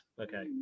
okay